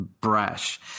brash